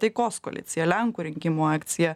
taikos koalicija lenkų rinkimų akcija